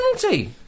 penalty